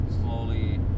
slowly